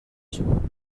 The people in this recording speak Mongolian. шүү